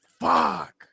Fuck